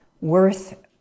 worth